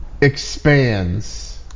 Expands